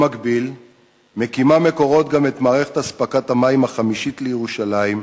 במקביל מקימה "מקורות" גם את מערכת אספקת המים החמישית לירושלים,